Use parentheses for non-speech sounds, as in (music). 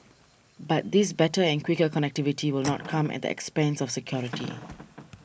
but this better and quicker connectivity will (noise) not come at the expense of security